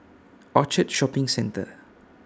Orchard Shopping Centre